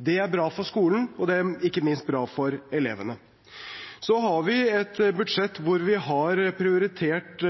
Det er bra for skolen, og det er ikke minst bra for elevene. Så har vi et budsjett hvor vi har prioritert